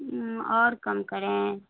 اوں اور کم کریں